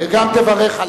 וגם תברך עליו.